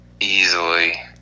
easily